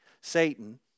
Satan